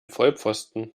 vollpfosten